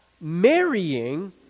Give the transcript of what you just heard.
marrying